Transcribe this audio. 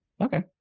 Okay